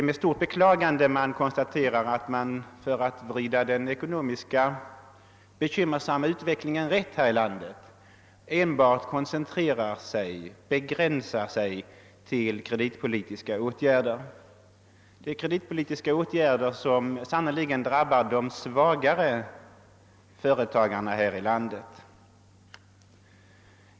Med stort beklagande konstateras att man för att vrida den bekymmersamma ekonomiska utvecklingen rätt här i landet koncentrerar sig enbart på och begränsar sig till kreditpolitiska åtgärder. Det är kreditpolitiska åtgärder som sannerligen drabbar de svagare företagarna här i landet.